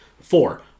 Four